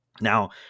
Now